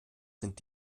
sind